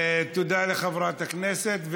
תודה לחברת הכנסת,